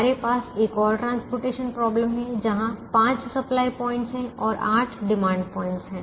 हमारे पास एक और परिवहन समस्या है जहां पांच सप्लाय पॉइंटस हैं और आठ डिमांड पॉइंटस है